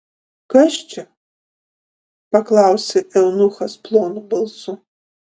kas čia paklausė eunuchas plonu balsu